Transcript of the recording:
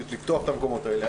לפתוח את המקומות האלה.